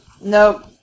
Nope